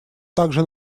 также